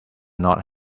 not